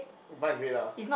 mine is red lah